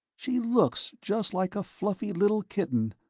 she looks just like a fluffy little kitten,